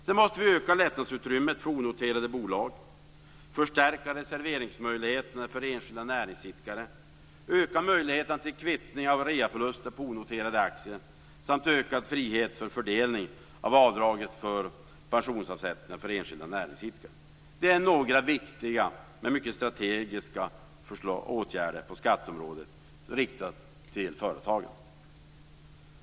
Sedan måste vi öka lättnadsutrymmet för onoterade bolag, förstärka reserveringsmöjligheterna för enskilda näringsidkare, öka möjligheterna till kvittning av reaförluster på onoterade aktier samt öka friheten för fördelning av avdraget för pensionsavsättningar för enskilda näringsidkare. Detta är några viktiga men mycket strategiska åtgärder på skatteområdet, riktade till företagen.